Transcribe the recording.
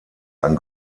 ein